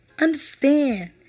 understand